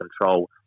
control